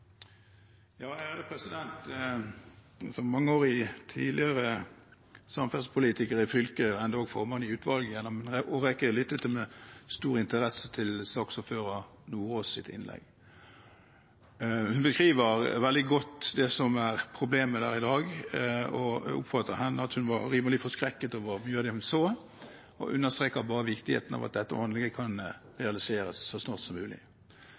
Som mangeårig tidligere samferdselspolitiker i fylket, endog formann i utvalget gjennom en årrekke, lyttet jeg med stor interesse til innlegget til saksordfører Sjelmo Nordås. Hun beskriver veldig godt det som er problemet der i dag, og jeg oppfattet henne dit hen at hun var rimelig forskrekket over mye av det hun så. Det understreker bare viktigheten av at dette anlegget kan realiseres så snart som mulig.